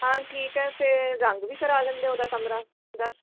ਹਾਂ ਠੀਕ ਹੈ ਫਿਰ ਰੰਗ ਵੀ ਕਰਾ ਦਿੰਦੇ ਉਹਦਾ ਕਮਰਾ ਦੱਸ